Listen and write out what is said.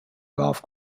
golf